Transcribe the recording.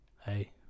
Hey